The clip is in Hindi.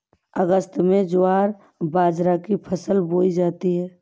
अगस्त में ज्वार बाजरा की फसल बोई जाती हैं